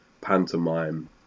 pantomime